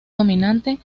dominante